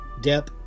Depp